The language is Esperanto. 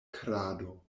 krado